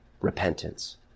repentance